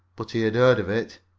but he had heard of it.